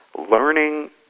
learning